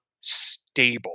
stable